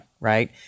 right